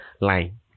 line